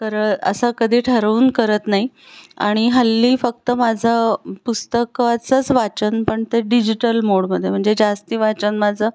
कर असा कधी ठरवून करत नाही आणि हल्ली फक्त माझं पुस्तकाचंच वाचन पण ते डिजिटल मोडमध्ये म्हणजे जास्ती वाचन माझं